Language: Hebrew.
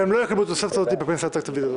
והם לא יקבלו את התוספת הזאת בפנסיה התקציבית הזאת.